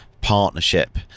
partnership